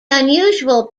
unusual